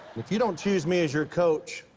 if you don't choose me as your coach,